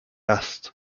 asked